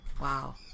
Wow